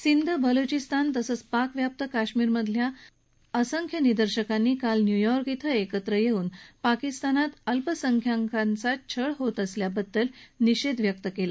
सिंध बलुचिस्तान तसंच पाकव्याप्त काश्मीरमधल्या असंख्य निदर्शकांनी काल न्यूयॉर्क इथं एकत्र येत पाकिस्तानात अल्पसंख्यंकांचा छळ होत असल्याबद्दल निषेध व्यक्त केला